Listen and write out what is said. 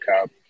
Cup